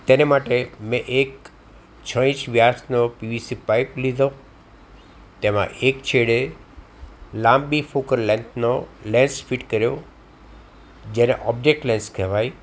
તેને માટે મેં એક છ ઇંચ વ્યાસનો પીવીસી પાઇપ લીધો તેમાં એક છેડે લાંબી ફોકલ લેન્થનો લેન્સ ફિટ કર્યો જેને ઓબ્જેક્ટ લેન્સ કહેવાય